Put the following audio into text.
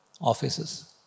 offices